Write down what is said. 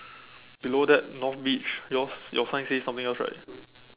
below that north beach yours your sign says something else right